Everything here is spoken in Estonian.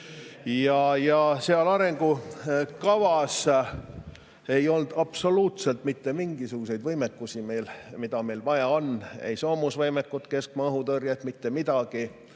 Seal arengukavas ei olnud absoluutselt mitte mingisuguseid võimekusi, mida meil vaja on. Ei soomusvõimekust, keskmaa õhutõrjet, mitte midagi.